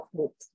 hope